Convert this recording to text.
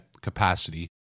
capacity